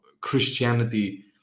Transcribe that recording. Christianity